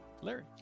Larry